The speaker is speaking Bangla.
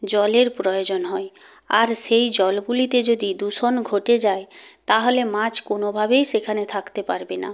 জলের প্রয়োজন হয় আর সেই জলগুলিতে যদি দূষণ ঘটে যায় তাহলে মাছ কোনওভাবেই সেখানে থাকতে পারবে না